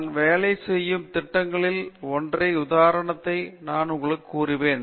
நான் வேலை செய்யும் திட்டங்களில் ஒன்றை உதாரணத்தை நான் உங்களுக்கு கூறுவேன்